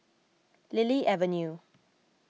Lily Avenue